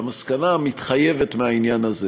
והמסקנה המתחייבת מהעניין הזה,